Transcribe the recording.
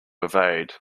evade